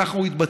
ככה הוא התבטא,